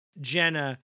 Jenna